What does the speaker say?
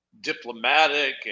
diplomatic